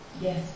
Yes